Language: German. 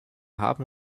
haben